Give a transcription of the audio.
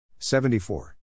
74